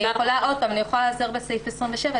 אני יכולה להיעזר בסעיף 27,